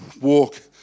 Walk